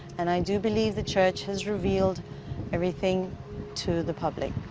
and i do believe the church has revealed everything to the public.